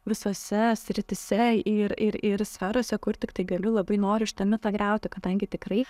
visose srityse ir ir ir sferose kur tiktai galiu labai noriu šitą mitą griauti kadangi tikrai